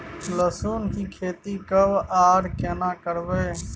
लहसुन की खेती कब आर केना करबै?